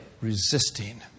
resisting